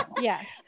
Yes